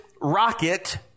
rocket